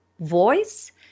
voice